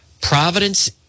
Providence